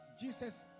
Jesus